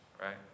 right